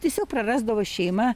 tiesiog prarasdavo šeima